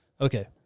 Okay